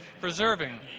preserving